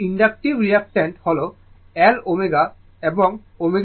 তো inductive reactant হল L ω এবং ω 2πf